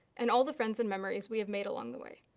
and all the friends and memories we have made along the way.